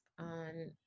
on